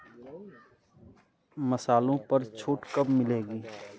मसालों पर छूट कब मिलेगी